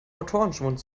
autorenschwund